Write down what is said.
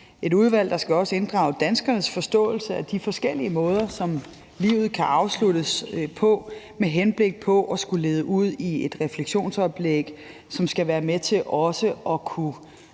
et udvalg, der også skal inddrage danskernes forståelse af de forskellige måder, som livet kan afsluttes på, og arbejdet skal munde ud i et refleksionsoplæg, som skal være med til at kunne